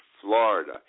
Florida